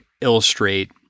illustrate